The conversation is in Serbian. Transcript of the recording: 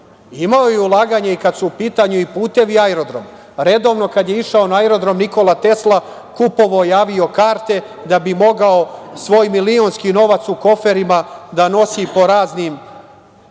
je ulaganja i kad su u pitanju i putevi i aerodromi. Redovno kad je išao na aerodrom „Nikola Tesla“, kupovao je avio karte da bi mogao svoj milionski novac u koferima da nosi po raznim